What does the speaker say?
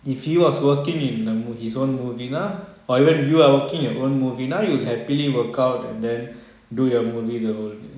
if he was working in n~ his own movie நா:na or even if you are working your own movie நா:na you'll happily workout and then do your movie the whole day